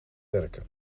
werken